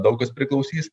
daug kas priklausys